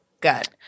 good